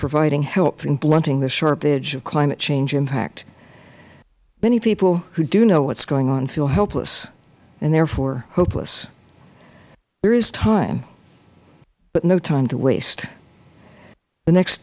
providing help in blunting the sharp edge of climate change impact many people who do know what is going on feel helpless and therefore hopeless there is time but no time to waste the next